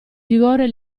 vigore